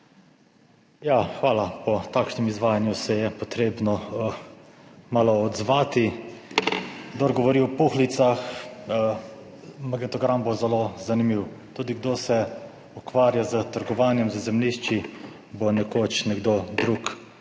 Hvala. Po takšnem izvajanju se je potrebno malo odzvati. Kdor govori o puhlicah, magnetogram bo zelo zanimiv. Tudi kdo se ukvarja s trgovanjem z zemljišči, bo nekoč nekdo drug